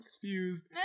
confused